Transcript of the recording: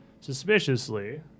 suspiciously